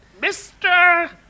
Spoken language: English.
Mr